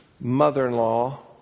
mother-in-law